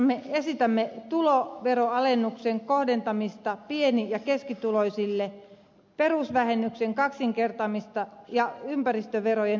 vaihtoehtobudjetissamme esitämme tuloveroalennuksen kohdentamista pieni ja keskituloisille perusvähennyksen kaksinkertaistamista ja ympäristöverojen monipuolistamista